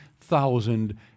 thousand